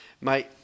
Mate